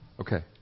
Okay